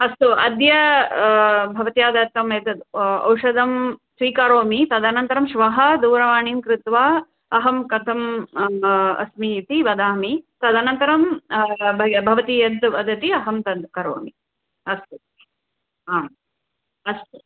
अस्तु अद्य भवत्या दत्तमेतत् औषधं स्वीकरोमि तदनन्तरं श्वः दूरवाणीं कृत्वा अहं कथम् म अस्मि इति वदामि तदनन्तरं बय भवती यद् वदति अहं तद् करोमि अस्तु आम् अस्तु